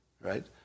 right